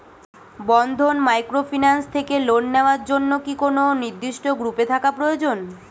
বন্ধন microfinance থেকে loan নেওয়ার জন্য কি কোন নির্দিষ্ট গ্রুপে থাকা প্রয়োজন?